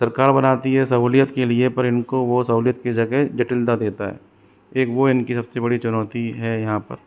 सरकार बनाती है सहूलियत के लिए पर इनको वो सहूलियत के जगह जटिलता देता है एक वह इनकी सबसे बड़ी चुनौती है यहाँ पर